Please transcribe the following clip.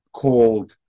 called